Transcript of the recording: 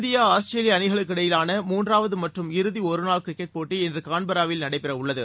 India Australia அணிகளுக்கிடையேயான மூன்றாவது மற்றும் இறதி ஒருநாள் கிரிக்கெட் போட்டி இன்று கான்பெராவில் நடைபெற உள்ளது